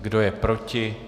Kdo je proti?